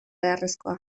beharrezkoa